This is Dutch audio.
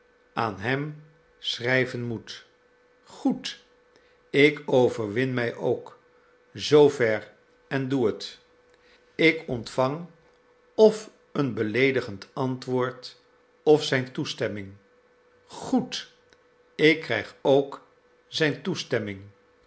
aan hem schrijven moet goed ik overwin mij ook zoo ver en doe het ik ontvang of een beleedigend antwoord of zijn toestemming goed ik krijg ook zijn toestemming